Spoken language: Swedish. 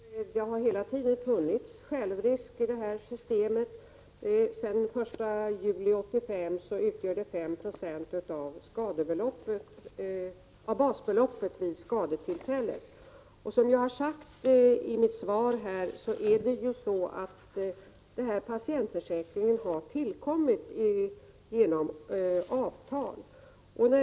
Herr talman! Jag vill erinra om att det hela tiden har funnits självrisk i det här systemet. Sedan den 1 juli 1985 utgör självrisken 5 96 av basbeloppet vid skadetillfället. Som jag har sagt i mitt svar, har patientförsäkringen tillkommit genom avtal.